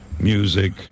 music